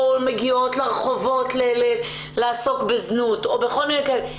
מגיעות לעסוק בזנות ברחובות.